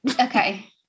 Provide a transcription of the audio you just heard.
Okay